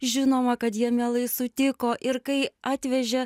žinoma kad jie mielai sutiko ir kai atvežė